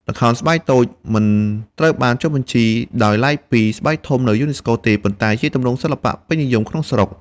ល្ខោនស្បែកតូច មិនត្រូវបានចុះបញ្ជីដោយឡែកពីស្បែកធំនៅយូណេស្កូទេ ប៉ុន្តែជាទម្រង់សិល្បៈពេញនិយមក្នុងស្រុក។